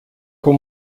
com